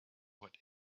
what